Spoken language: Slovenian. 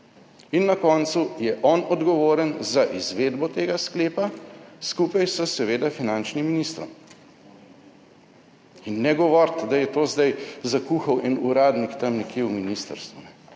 in na koncu je on odgovoren za izvedbo tega sklepa skupaj s seveda finančnim ministrom. In ne govoriti, da je to zdaj zakuhal en uradnik tam nekje v ministrstvu.